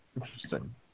Interesting